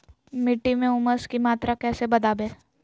मिट्टी में ऊमस की मात्रा कैसे बदाबे?